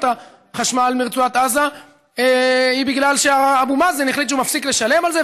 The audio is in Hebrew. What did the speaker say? את החשמל לרצועת עזה היא שאבו מאזן החליט שהוא מפסיק לשלם על זה,